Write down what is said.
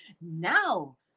Now